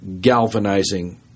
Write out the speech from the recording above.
galvanizing